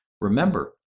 remember